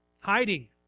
Hiding